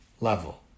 level